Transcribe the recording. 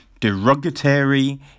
derogatory